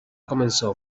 comenzó